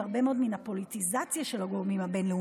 הרבה מאוד מן הפוליטיזציה של הגורמים הבין-לאומיים,